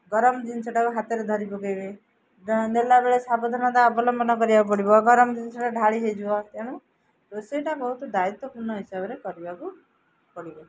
ଗରମ ଜିନିଷଟାକୁ ହାତରେ ଧରିପକାଇବେ ନେଲାବେଳେ ସାବଧାନତା ଅବଲମ୍ବନ କରିବାକୁ ପଡ଼ିବ ଗରମ ଜିନିଷଟା ଢାଳି ହୋଇଯିବ ତେଣୁ ରୋଷେଇଟା ବହୁତ ଦାୟିତ୍ଵପୂର୍ଣ୍ଣ ହିସାବରେ କରିବାକୁ ପଡ଼ିବ